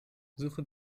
suche